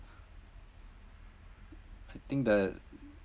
I think the